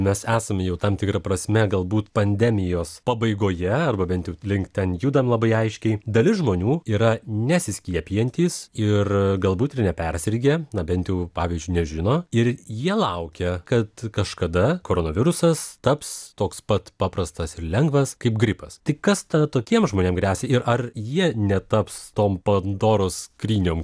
mes esame jau tam tikra prasme galbūt pandemijos pabaigoje arba bent jau link ten judam labai aiškiai dalis žmonių yra nesiskiepijantys ir galbūt ir nepersirgę na bent jau pavyzdžiui nežino ir jie laukia kad kažkada koronavirusas taps toks pat paprastas ir lengvas kaip gripas tai kas ta tokiem žmonėm gresia ir ar jie netaps tom pandoros skryniom